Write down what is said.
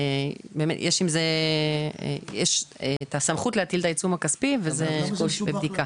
יש את הסמכות להטיל את העיצום הכספי וזה --- בבדיקה.